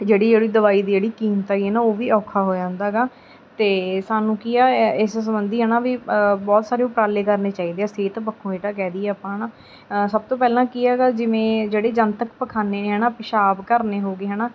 ਜਿਹੜੀ ਜਿਹੜੀ ਦਵਾਈ ਦੀ ਜਿਹੜੀ ਕੀਮਤ ਹੈਗੀ ਨਾ ਉਹ ਵੀ ਔਖਾ ਹੋ ਜਾਂਦਾ ਗਾ ਅਤੇ ਸਾਨੂੰ ਕੀ ਆ ਇ ਇਸ ਸੰਬੰਧੀ ਹੈ ਨਾ ਵੀ ਬਹੁਤ ਸਾਰੇ ਉਪਰਾਲੇ ਕਰਨੇ ਚਾਹੀਦੇ ਆ ਸਿਹਤ ਪੱਖੋਂ ਜਿਹੜਾ ਕਹਿ ਦਈਏ ਆਪਾਂ ਹੈ ਨਾ ਸਭ ਤੋਂ ਪਹਿਲਾਂ ਕੀ ਹੈਗਾ ਜਿਵੇਂ ਜਿਹੜੇ ਜਨਤਕ ਪਖਾਨੇ ਨੇ ਹੈ ਨਾ ਪਿਸ਼ਾਬ ਘਰ ਨੇ ਹੋ ਗਏ ਹੈ ਨਾ